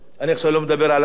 אני עכשיו לא מדבר על החינוך,